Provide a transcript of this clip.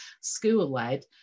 school-led